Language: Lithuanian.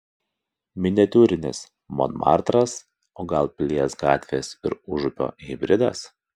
miniatiūrinis monmartras o gal pilies gatvės ir užupio hibridas